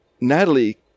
Natalie